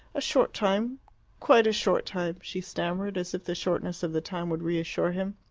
a short time quite a short time, she stammered, as if the shortness of the time would reassure him.